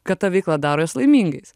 kad ta veikla daro juos laimingais